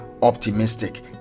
optimistic